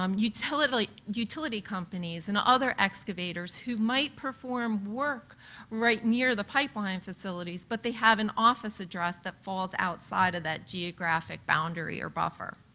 um utility utility companies and other excavators who might perform work right near the pipeline facility but have and office address that falls outside of that geographic boundary or buffer.